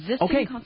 Okay